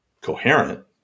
coherent